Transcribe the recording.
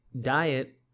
Diet